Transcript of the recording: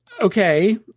Okay